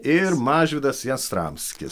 ir mažvydas jastramskis